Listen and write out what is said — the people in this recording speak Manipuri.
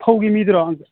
ꯐꯧꯒꯤ ꯃꯤꯗꯨꯔꯣ